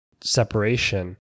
separation